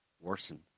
worsen